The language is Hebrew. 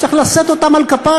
תמיד הם שקופים בעיניך.